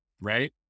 right